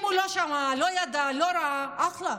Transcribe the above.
אם הוא לא שמע, לא ידע, לא ראה, אחלה,